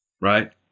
right